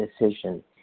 decision